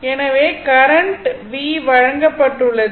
எனவே current v வழங்கப்பட்டுள்ளது